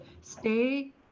stay